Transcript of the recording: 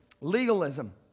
legalism